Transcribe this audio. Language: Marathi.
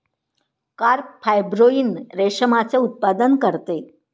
कार्प फायब्रोइन रेशमाचे उत्पादन करते